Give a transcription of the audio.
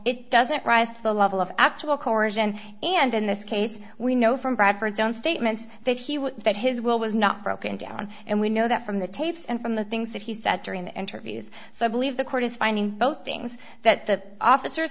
it doesn't rise to the level of actual cora's and and in this case we know from bradford's own statements that he was that his will was not broken down and we know that from the tapes and from the things that he said during the interviews so i believe the court is finding both things that the officers